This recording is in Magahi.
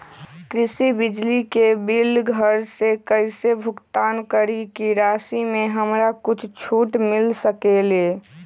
कृषि बिजली के बिल घर से कईसे भुगतान करी की राशि मे हमरा कुछ छूट मिल सकेले?